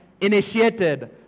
initiated